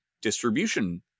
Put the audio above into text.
distribution